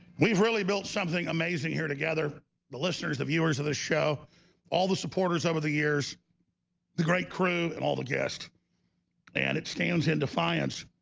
we've really built something amazing here together the listeners the viewers of the show all the supporters over the years the great crew and all the guests and it stands in defiance